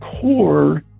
core